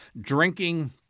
drinking